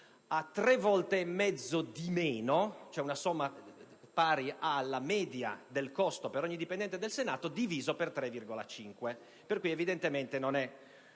tre volte e mezzo inferiore, cioè una somma pari alla media del costo per ogni dipendente del Senato divisa per 3,5. Evidentemente, non è